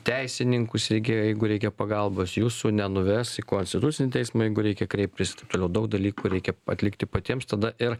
teisininkus irgi jeigu reikia pagalbos jūsų nenuves į konstitucinį teismą jeigu reikia kreiptis ir taip toliau daug dalykų reikia atlikti patiems tada ir